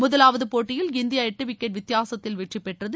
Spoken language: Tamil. முதலாவது போட்டியில் இந்தியா எட்டு விக்கெட் வித்தியாசத்தில்வெற்றி பெற்றது